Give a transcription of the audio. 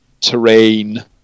terrain